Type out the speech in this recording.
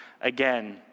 again